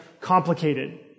complicated